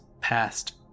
passed